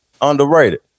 Underrated